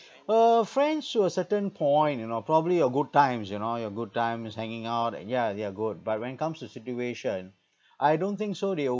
uh friends to a certain point you know probably your good times you know your good times hanging out and yeah they are good but when it comes to situation I don't think so they would